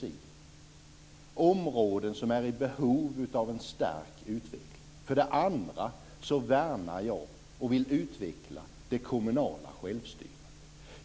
Det är områden som är i behov av en stark utveckling. Vidare värnar jag och vill utveckla det kommunala självstyret.